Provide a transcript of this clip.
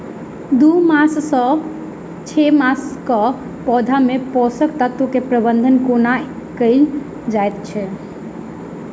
दू मास सँ छै मासक पौधा मे पोसक तत्त्व केँ प्रबंधन कोना कएल जाइत अछि?